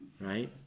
Right